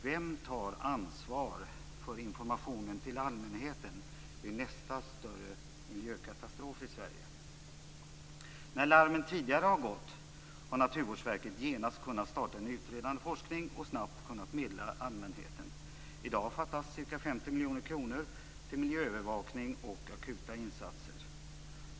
Vem tar ansvar för informationen till allmänheten vid nästa större miljökatastrof i Sverige? När larmet tidigare har gått har Naturvårdsverket genast kunnat starta en utredning och snabbt meddelat allmänheten. I dag fattas ca 50 miljoner kronor till miljöövervakning och akuta insatser.